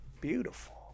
Beautiful